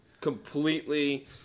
completely